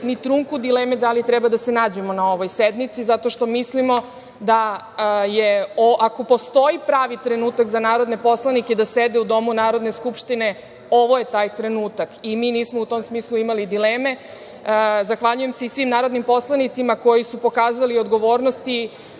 ni trunku dileme da li treba da se nađemo na ovoj sednici, zato što mislimo da ako postoji pravi trenutak za narodne poslanike da sede u Domu Narodne skupštine, ovo je taj trenutak i mi nismo u tom smislu imali dileme. Zahvaljujem se i svim narodnim poslanicima koji su pokazali odgovornost